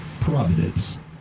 Providence